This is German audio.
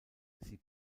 sie